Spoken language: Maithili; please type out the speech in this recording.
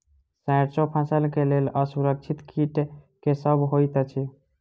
सैरसो फसल केँ लेल असुरक्षित कीट केँ सब होइत अछि?